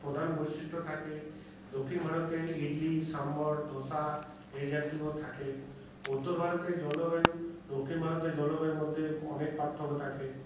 প্রধান বৈশিষ্ট্য থাকে দক্ষিণ ভারতে ইডলি সাম্বার ধোসা এই জাতীয় থাকে উত্তর ভারতের জলবায়ু দক্ষিণ ভারতের জলবায়ুর মধ্যে অনেক পার্থক্য থাকে